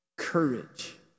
courage